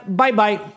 bye-bye